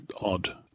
odd